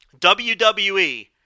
WWE